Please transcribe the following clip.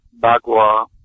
Bagua